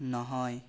নহয়